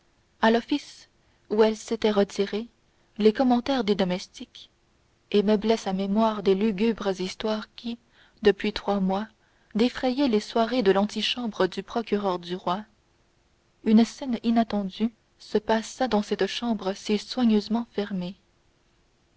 à l'office où elle s'était retirée les commentaires des domestiques et meublait sa mémoire des lugubres histoires qui depuis trois mois défrayaient les soirées de l'antichambre du procureur du roi une scène inattendue se passait dans cette chambre si soigneusement fermée